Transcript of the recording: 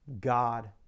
God